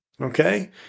Okay